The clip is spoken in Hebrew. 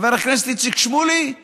חבר הכנסת איציק שמולי,